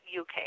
UK